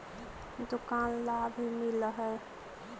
दुकान ला भी मिलहै?